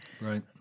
Right